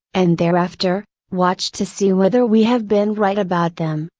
and thereafter, watch to see whether we have been right about them,